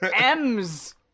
M's